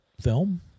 film